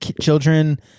children